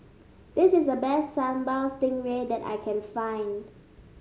this is the best Sambal Stingray that I can find